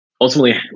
Ultimately